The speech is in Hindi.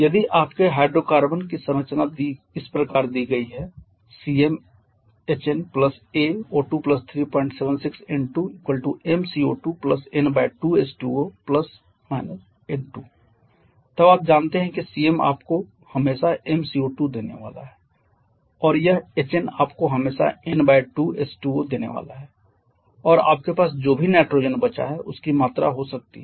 यदि आपके हाइड्रोकार्बन की संरचना इस प्रकार दी गई है CmHn a O2 376 N2 🡪 m CO2 n2 H2O N2 तब आप जानते हैं कि Cm आपको हमेशा m CO2 देने वाला है और यह Hn आपको हमेशा n2 H2O देने वाला है और आपके पास जो भी नाइट्रोजन बचा है उसकी मात्रा हो सकती है